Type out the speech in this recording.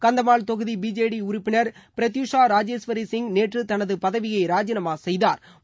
கந்தமால் தொகுதி பிஜேடி உறுப்பினர் பிரத்யூஷா ராஜேஸ்வரி சிங் நேற்று தனது பதவியை ராஜினாமா செய்தாா்